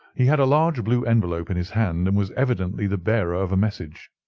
he had a large blue envelope in his hand, and was evidently the bearer of a message.